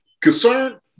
Concern